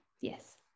yes